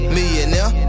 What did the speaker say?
Millionaire